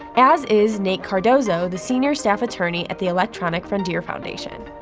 as is nate cardozo, the senior staff attorney at the electronic frontier foundation.